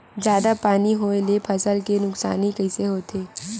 जादा पानी होए ले फसल के नुकसानी कइसे होथे?